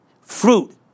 fruit